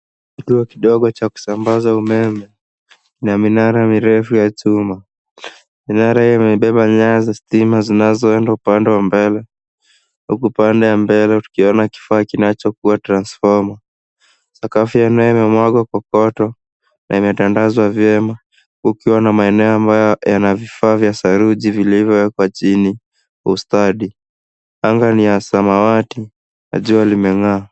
Kituo kidogo ya kusambaza umeme na minara mirefu ya chuma. Minara hiyo imebeba nyaya za stima zinaenda upande wa mbele huku upande wa mbele tukiona kifaa kinachokuwa transfoma. Sakafu ya eneo imemwagwa kokoto na umetandazwa vyema kukiwa na maeneo ambayo yana vifaa vya saruji vilivyowekwa chini kwa ustadi. Anga ni ya samawati na jua limeng'aa.